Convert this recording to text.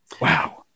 wow